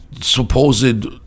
supposed